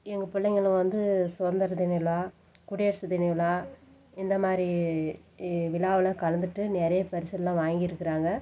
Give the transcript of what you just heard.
எங்கள் பிள்ளைங்களும் வந்து சுதந்திர தின விழா குடியரசு தின விழா இந்த மாதிரி விழாவில் கலந்துட்டு நிறைய பரிசெலாம் வாங்கிருக்கிறாங்க